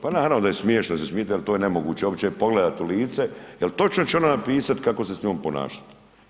Pa naravno da je smiješno jer se smijete, ali to je nemoguće uopće pogledati u lice jer točno će ona napisati kako se s njom ponašati.